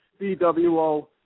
BWO